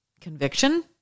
conviction